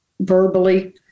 verbally